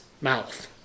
mouth